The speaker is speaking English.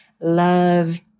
love